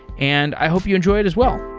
and i hope you enjoy it as well.